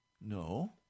No